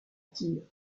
tir